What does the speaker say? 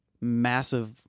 massive